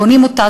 בונים אותה,